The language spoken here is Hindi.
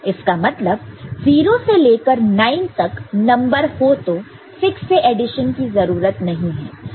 इसका मतलब 0 से लेकर 9 तक नंबर हो तो 6 से एडिशन की जरूरत नहीं है